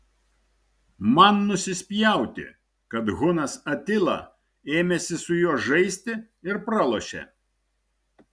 man nusispjauti kad hunas atila ėmėsi su juo žaisti ir pralošė